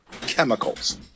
chemicals